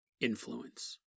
influence